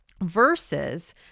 versus